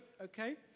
Okay